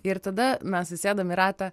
ir tada mes įsėdam į ratą